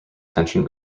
attention